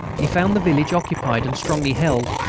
he found the village occupied and strongly held.